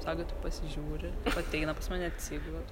saga tik pasižiūri ateina pas mane atsigula